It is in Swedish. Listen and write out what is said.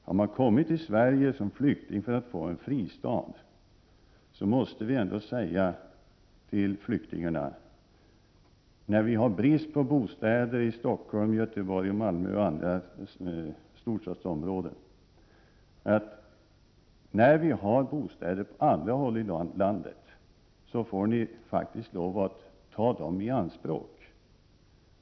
Har man kommit till Sverige som flykting för att få en fristad, måste flyktingen få veta att när vi har brist på bostäder i Stockholm, Göteborg, Malmö och andra storstadsområden och kan erbjuda bostäder på andra håll i landet, måste flykting faktiskt ta dem i anspråk.